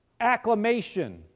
Acclamation